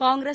Congress